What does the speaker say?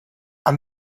and